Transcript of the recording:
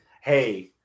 hey